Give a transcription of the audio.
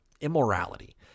immorality